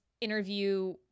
interview